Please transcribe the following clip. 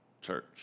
church